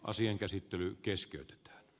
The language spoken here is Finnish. asian käsittely on kesken